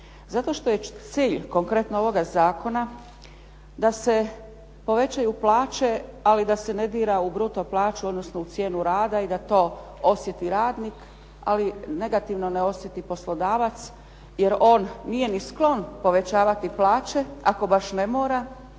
Zato što je cilj konkretno ovoga zakona da se povećaju plaće, a da se ne dira u bruto plaću, odnosno u cijenu rada i da to osjeti radnik, ali negativno ne osjeti poslodavac jer on nije ni sklon povećavati plaće, ako baš ne mora